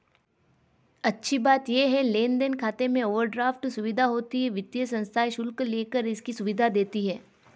अच्छी बात ये है लेन देन खाते में ओवरड्राफ्ट सुविधा होती है वित्तीय संस्थाएं शुल्क लेकर इसकी सुविधा देती है